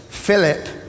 Philip